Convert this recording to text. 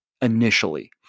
initially